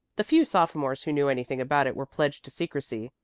the few sophomores who knew anything about it were pledged to secrecy,